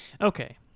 okay